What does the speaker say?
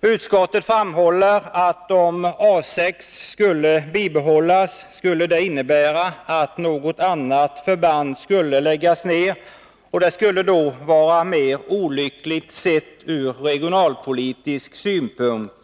Utskottet framhåller, att om A 6 skulle bibehållas, skulle det innebära att något annat förband skulle läggas ner, och det skulle då vara mer olyckligt sett från regionalpolitisk synpunkt.